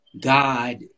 God